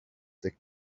they